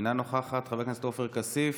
אינה נוכחת, חבר הכנסת עופר כסיף,